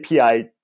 API